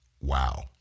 Wow